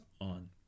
on